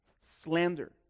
slander